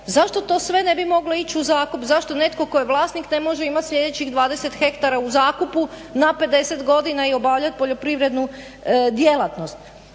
Zašto to sve ne bi moglo ići u zakup? Zašto netko tko je vlasnik ne može imati sljedećih 20 hektara u zakupu na 50 godina i obavljati poljoprivrednu djelatnost?